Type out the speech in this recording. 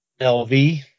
LV